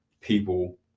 people